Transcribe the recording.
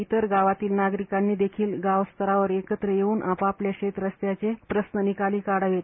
इतर गावातील नागरिकांनी देखिल गावस्तरावर एकत्र येवून आपआपल्या शेतरस्त्याचे प्रश्न निकाली काढावेत